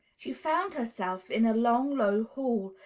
she found herself in a long, low hall,